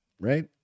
Right